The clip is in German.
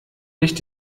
nicht